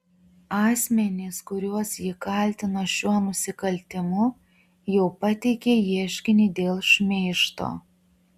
asmenys kuriuos ji kaltina šiuo nusikaltimu jau pateikė ieškinį dėl šmeižto